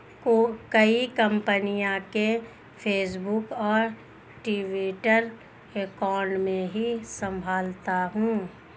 कई कंपनियों के फेसबुक और ट्विटर अकाउंट मैं ही संभालता हूं